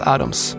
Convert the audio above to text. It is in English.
Adams